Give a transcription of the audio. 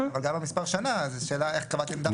אבל גם המספר של שנה, איך קבעתם אותו?